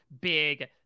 big